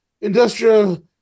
industrial